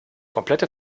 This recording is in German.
komplette